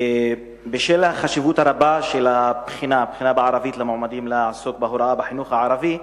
בשל החשיבות הרבה של הבחינה בערבית למועמדים לעסוק בהוראה בחינוך הערבי,